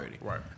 Right